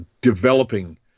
developing